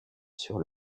sur